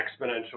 exponential